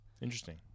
Interesting